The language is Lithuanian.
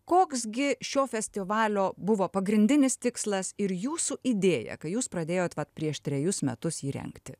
koks gi šio festivalio buvo pagrindinis tikslas ir jūsų idėja kai jūs pradėjote vat prieš trejus metus jį rengti